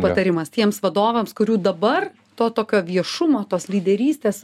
patarimas tiems vadovams kurių dabar to tokio viešumo tos lyderystės